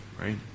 Right